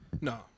No